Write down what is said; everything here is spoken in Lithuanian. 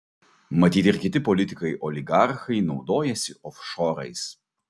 matyt ir kiti politikai oligarchai naudojasi ofšorais